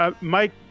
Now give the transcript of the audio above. Mike